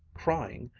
crying,